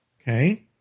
okay